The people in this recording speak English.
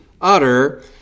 utter